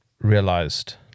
realized